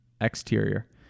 exterior